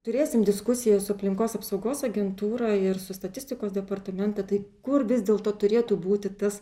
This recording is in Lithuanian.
turėsim diskusiją su aplinkos apsaugos agentūra ir su statistikos departamenta tai kur vis dėlto turėtų būti tas